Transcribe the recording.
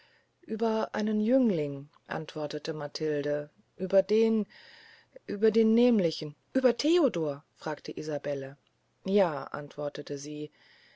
ueber einen jüngling antwortete matilde über den über den nemlichen ueber theodor fragte isabelle ja antwortete sie